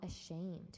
ashamed